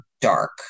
dark